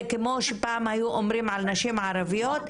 זה כמו שפעם היו אומרים על נשים ערביות,